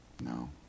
No